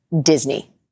Disney